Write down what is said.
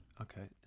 okay